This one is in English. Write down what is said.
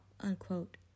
unquote